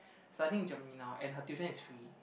studying in Germany now and her tuition is free